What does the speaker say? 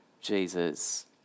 Jesus